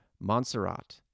Montserrat